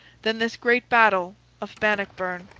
than this great battle of bannockburn.